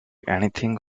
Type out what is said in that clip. anything